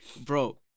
Bro